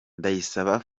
ndayisaba